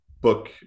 book